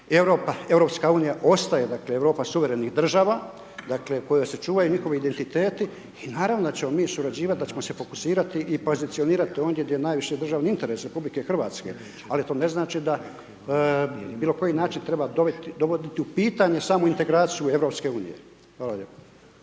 Europska unija, ostaje dakle Europa suverenih država, dakle, u kojoj se čuvaju njihovi identiteti, i naravno da ćemo mi surađivati, da ćemo se fokusirati i pozicionirati ondje gdje je najviše državni interes Republike Hrvatske, ali to ne znači da bilo koji način treba dovoditi u pitanje samu integraciju Europske unije. Hvala lijepo.